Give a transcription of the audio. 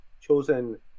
chosen